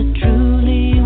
truly